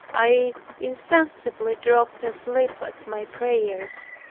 i insensibly dropped asleep at my prayers.